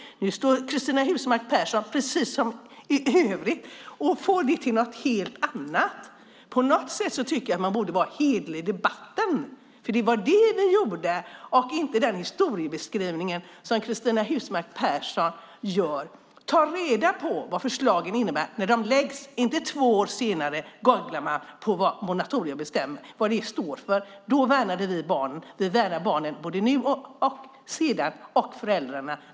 Cristina Husmark Pehrsson får det till något helt annat. På något sätt borde man vara hederlig i debatten. Det var vad vi gjorde och inte enligt den historiebeskrivning som Statsrådet Cristina Husmark Pehrsson gör. Ta reda på vad förslagen innebär när de läggs fram och googla inte två år senare på vad moratorium står för. Vi värnar barnen både nu och sedan.